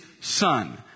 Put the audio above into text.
son